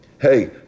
hey